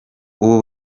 ubu